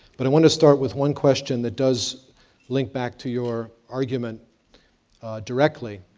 but i want to start with one question that does link back to your argument directly.